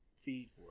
feet